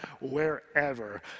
wherever